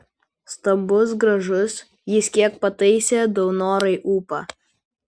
stambus gražus jis kiek pataisė daunorai ūpą